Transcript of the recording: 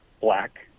Black